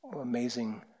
Amazing